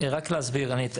רק להסביר.